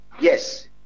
yes